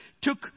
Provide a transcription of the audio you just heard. took